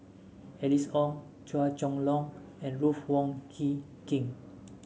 Alice Ong Chua Chong Long and Ruth Wong Hie King